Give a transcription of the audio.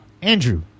Andrew